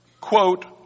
quote